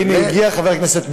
והנה, הגיע חבר הכנסת מקלב.